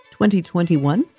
2021